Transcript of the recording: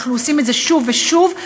ואנחנו עושים את זה שוב ושוב,